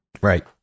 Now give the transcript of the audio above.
Right